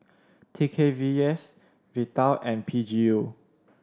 T K V S Vital and P G U